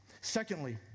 Secondly